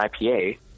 IPA